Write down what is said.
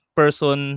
person